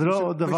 זה לא דבר,